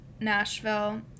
Nashville